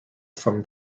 from